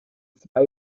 zwei